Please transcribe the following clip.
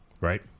right